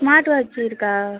smart watch இருக்கா